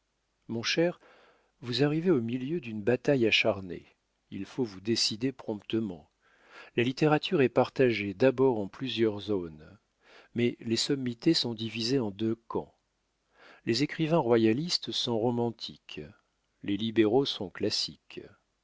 mon cher vous arrivez au milieu d'une bataille acharnée il faut vous décider promptement la littérature est partagée d'abord en plusieurs zones mais les sommités sont divisées en deux camps les écrivains royalistes sont romantiques les libéraux sont classiques